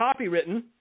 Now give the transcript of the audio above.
copywritten